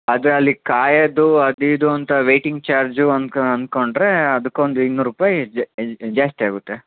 ಅದು ಅಲ್ಲಿ ಕಾಯೋದು ಅದು ಇದು ಅಂತ ವೈಟಿಂಗ್ ಚಾರ್ಜು ಅನ್ಕ ಅಂದ್ಕೊಂಡ್ರೆ ಅದುಕ್ಕೊಂದು ಇನ್ನೂರು ರೂಪಾಯಿ ಜಾಸ್ತಿ ಆಗುತ್ತೆ